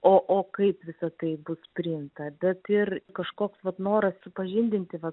o o kaip visa tai bus priimta bet ir kažkoks vat noras supažindinti va